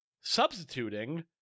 substituting